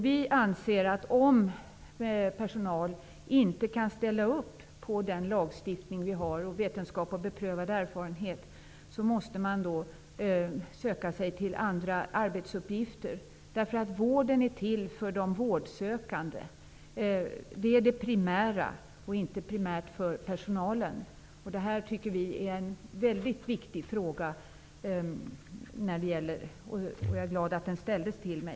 Vi anser att om man som personal inte kan ställa upp på den lagstiftning vi har eller på vad som är vetenskap och beprövad erfarenhet måste man söka sig till andra arbetsuppgifter. Vården är till för de vårdsökande -- det är det primära -- och inte i första hand för personalen. -- Det här tycker vi är en viktig fråga, och jag är glad att den ställdes till mig.